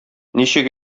ничек